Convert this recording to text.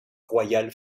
royal